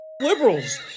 liberals